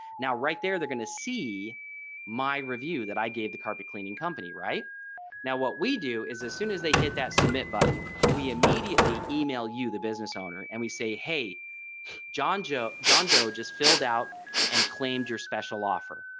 now right there they're going to see my review that i gave the carpet cleaning company. right now what we do is as soon as they hit that submit button we immediately email you the business owner and we say hey john joe john doe just filled out and claimed your special offer.